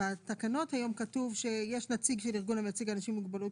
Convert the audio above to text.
בתקנות היום כתוב שיש נציג של ארגון המייצג אנשים עם מוגבלויות,